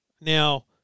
now